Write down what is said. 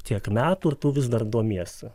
tiek metų ir tu vis dar domiesi